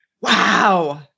wow